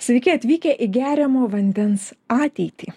sveiki atvykę į geriamo vandens ateitį